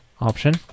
option